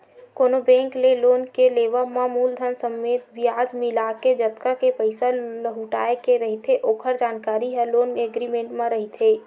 कोनो बेंक ले लोन के लेवब म मूलधन समेत बियाज मिलाके जतका के पइसा लहुटाय के रहिथे ओखर जानकारी ह लोन एग्रीमेंट म रहिथे